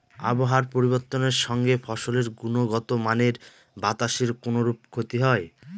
আবহাওয়ার পরিবর্তনের সঙ্গে ফসলের গুণগতমানের বাতাসের কোনরূপ ক্ষতি হয়?